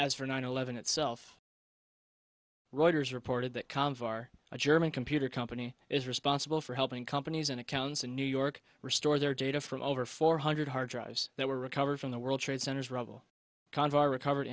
as for nine eleven itself reuters reported that com far a german computer company is responsible for helping companies and accounts in new york restore their data from over four hundred hard drives that were recovered from the world trade center's rubble convo recovered